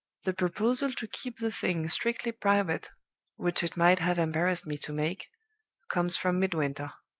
the proposal to keep the thing strictly private which it might have embarrassed me to make comes from midwinter.